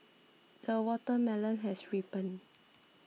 the watermelon has ripened